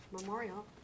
Memorial